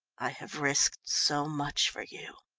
i have risked so much for you.